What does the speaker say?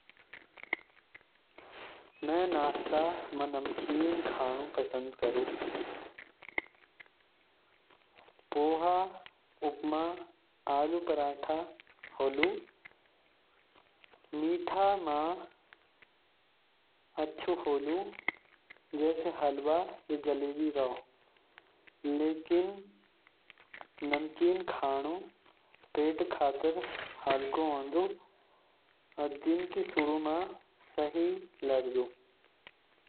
म नाश्ता म नमकीन खाना पसंद करुँ। पोहा, उपमा, और आलू पराठा स्वादिष्ट होलु। मीठा भी अच्छा होलु, जैसे हलवा या जलेबी। लेकिन नमकीन खाना पेट खातर हल्को होलु और दिन क शुरू म सही लागदु।